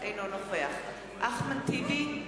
אינו נוכח אחמד טיבי,